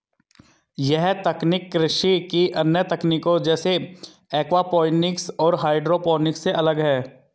यह तकनीक कृषि की अन्य तकनीकों जैसे एक्वापॉनिक्स और हाइड्रोपोनिक्स से अलग है